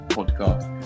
Podcast